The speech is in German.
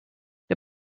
wir